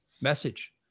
message